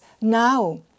now